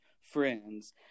friends